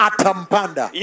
Atampanda